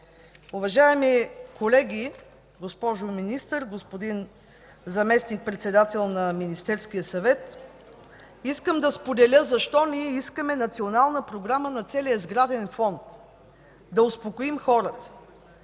Уважаеми колеги, госпожо Министър, господин заместник председател на Министерския съвет! Искам да споделя защо ние искаме национална програма на целия сграден фонд, да успокоим хората.